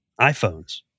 iPhones